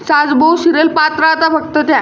सास बहू सिरियल पाहत राहतात फक्त त्या